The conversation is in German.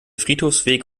friedhofsweg